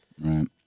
Right